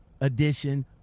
edition